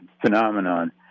phenomenon